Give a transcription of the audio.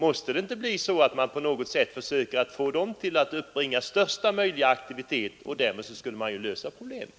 Måste man inte på något sätt försöka få dem att utveckla största möjliga aktivitet? Därmed skulle man lösa problemet!